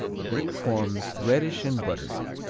brick forms, reddish and buttery.